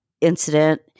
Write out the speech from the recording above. incident